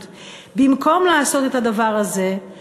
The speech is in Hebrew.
במקום לעשות את זה עוקפים.